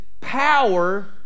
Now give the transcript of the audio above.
power